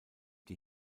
die